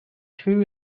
two